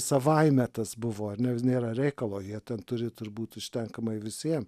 savaime tas buvo ar ne nėra reikalo jie turi turbūt užtenkamai visiem